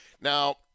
Now